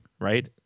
right